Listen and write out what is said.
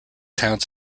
towns